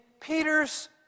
Peter's